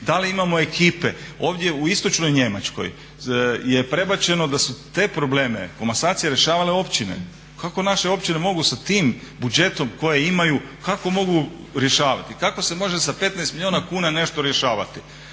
da li imamo ekipe. Ovdje u Istočnoj Njemačkoj je prebačeno da su te probleme komasacije rješavale općine, kako naše općine mogu sa tim budžetom koji imaju kako mogu rješavati, kako se može sa 15 milijuna kuna nešto rješavati?